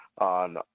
on